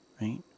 right